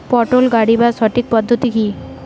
পটল গারিবার সঠিক পদ্ধতি কি?